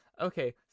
okay